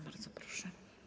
Bardzo proszę.